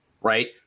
right